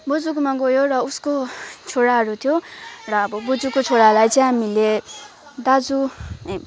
बोजुकोमा गयो र उसको छोराहरू थियो र अब बज्यूको छोरालाई चाहिँ हामीले दाजु